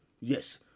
Yes